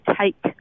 take